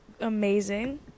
Amazing